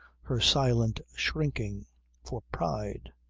her silent shrinking for pride.